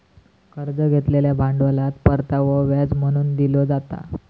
कर्ज घेतलेल्या भांडवलात परतावो व्याज म्हणून दिलो जाता